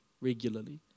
regularly